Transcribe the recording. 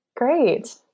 Great